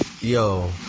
yo